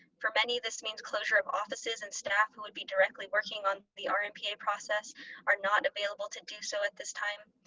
for many, this means closure of offices and staff who would be directly working on the rmpa process are not available to do so at this time.